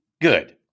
good